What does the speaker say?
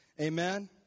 Amen